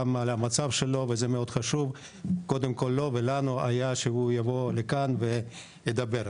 על המצב שלו וזה מאוד חשוב לו ולנו שהוא יבוא לכאן וידבר.